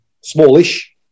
smallish